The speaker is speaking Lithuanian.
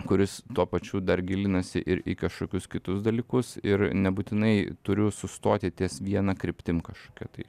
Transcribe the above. kuris tuo pačiu dar gilinasi ir į kažkokius kitus dalykus ir nebūtinai turiu sustoti ties viena kryptim kažkokia tai